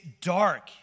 dark